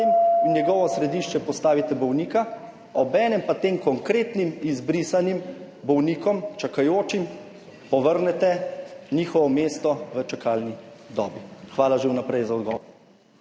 v njegovo središče postavite bolnika, obenem pa tem konkretnim izbrisanim bolnikom, čakajočim, povrnete njihovo mesto v čakalni dobi? Hvala že vnaprej za odgovor.